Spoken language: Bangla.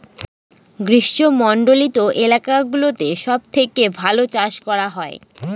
গ্রীষ্মমন্ডলীত এলাকা গুলোতে সব থেকে ভালো চাষ করা হয়